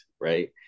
right